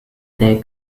their